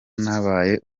nabaye